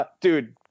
dude